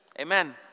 Amen